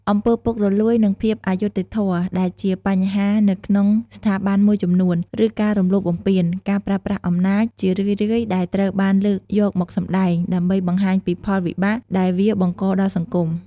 អំពើពុករលួយ និងភាពអយុត្តិធម៌ដែរជាបញ្ហានៅក្នុងស្ថាប័នមួយចំនួន ឬការរំលោភបំពាន ការប្រើប្រាស់អំណាច ជារឿយៗដែលត្រូវបានលើកយកមកសម្តែង ដើម្បីបង្ហាញពីផលវិបាកដែលវាបង្កដល់សង្គម ។